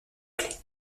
clef